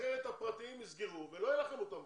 אחרת הפרטיים יסגרו ולא יהיה לכם אותם בסוף.